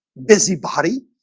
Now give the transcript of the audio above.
busybody